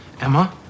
Emma